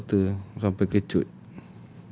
too much water sampai kecut